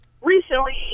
recently